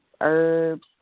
herbs